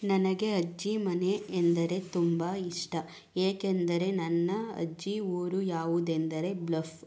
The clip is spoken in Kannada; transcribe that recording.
ನನಗೆ ಅಜ್ಜಿ ಮನೆ ಎಂದರೆ ತುಂಬ ಇಷ್ಟ ಏಕೆಂದರೆ ನನ್ನ ಅಜ್ಜಿ ಊರು ಯಾವುದೆಂದರೆ ಬ್ಲಫ್